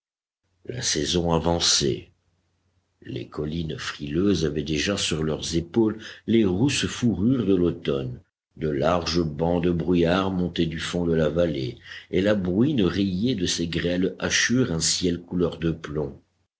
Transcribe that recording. la saison avançait les collines frileuses avaient déjà sur leurs épaules les rousses fourrures de l'automne de larges bancs de brouillard montaient du fond de la vallée et la bruine rayait de ses grêles hachures un ciel couleur de plomb